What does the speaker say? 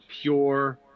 pure